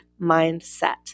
mindset